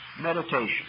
meditation